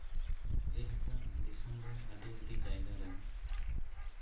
ᱡᱮᱞᱮᱠᱟ ᱫᱤᱥᱚᱢ ᱨᱮ ᱟᱹᱰᱤ ᱟᱹᱰᱤ ᱡᱟᱭᱜᱟᱨᱮ